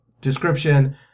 description